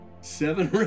Seven